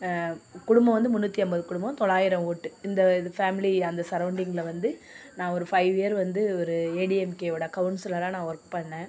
குடும்பம் வந்து முந்நூற்றி ஐம்பது குடும்பம் தொள்ளாயிரம் ஓட்டு இந்த இது ஃபேமிலி அந்த சரவுண்டிங்கில் வந்து நான் ஒரு ஃபைவ் இயர் வந்து ஒரு ஏ டி எம் கேவோட கவுன்சிலரா நான் ஒர்க் பண்ணேன்